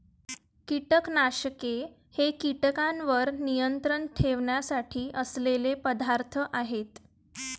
कीटकनाशके हे कीटकांवर नियंत्रण ठेवण्यासाठी असलेले पदार्थ आहेत